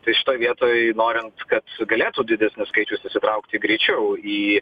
tai šitoj vietoj norint kad galėtų didesnis skaičius įsitraukt greičiau į